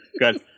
good